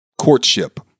courtship